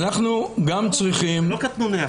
אנחנו גם צריכים --- זה לא קטנוני.